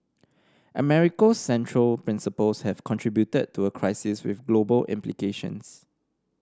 America central principles have contributed to a crisis with global implications